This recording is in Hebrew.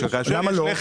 למה לא?